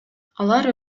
алар